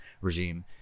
regime